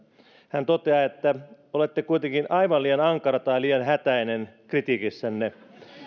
hän toteaa että olette kuitenkin aivan liian ankara tai liian hätäinen kritiikissänne